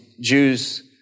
Jews